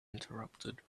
interrupted